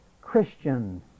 Christian